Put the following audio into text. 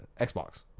Xbox